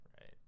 right